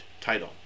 title